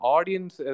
Audience